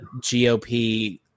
GOP